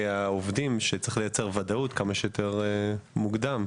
העובדים שצריך לייצר וודאות כמה שיותר מוקדם.